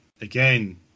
again